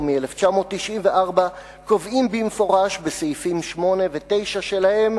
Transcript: מ-1994 קובעים במפורש בסעיפים 8 ו-9 שלהם,